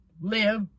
live